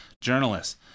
journalists